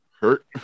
hurt